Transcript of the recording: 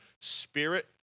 spirit